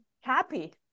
happy